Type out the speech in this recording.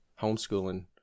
homeschooling